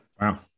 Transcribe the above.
Wow